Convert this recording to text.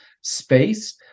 space